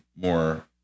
more